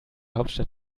hauptstadt